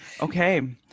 Okay